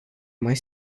mai